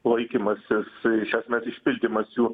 laikymasis iš esmės išpildymas jų